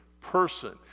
person